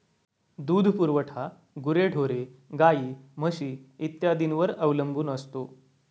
दूध पुरवठा गुरेढोरे, गाई, म्हशी इत्यादींवर अवलंबून असतो